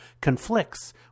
conflicts